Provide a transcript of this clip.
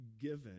given